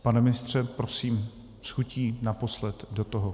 Pane ministře, prosím, s chutí naposled do toho.